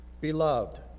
Beloved